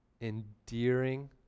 endearing